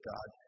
God